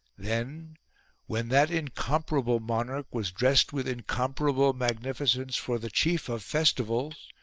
then when that incomparable monarch was dressed with incomparable magnificence for the chief of festivals,